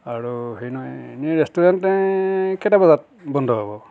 আৰু হেৰি নহয় এনেই ৰেষ্টুৰেণ্ট কেইটাবজাত বন্ধ হ'ব